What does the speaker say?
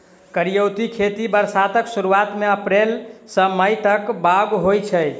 करियौती खेती बरसातक सुरुआत मे अप्रैल सँ मई तक बाउग होइ छै